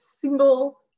single